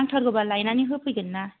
नांथारगौबा लायनानै होफैगोन ना